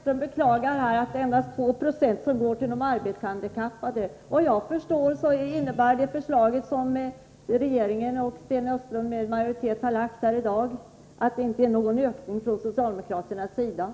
Herr talman! Sten Östlund beklagar nästan att det endast är 2 26 som går till arbetshandikappade. Såvitt jag förstår innebär det förslag som regeringen och utskottsmajoriteten med Sten Östlund som företrädare lägger fram i dag inte någon ökning.